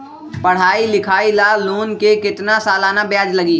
पढाई लिखाई ला लोन के कितना सालाना ब्याज लगी?